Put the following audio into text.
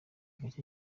gake